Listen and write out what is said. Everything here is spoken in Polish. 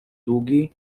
długi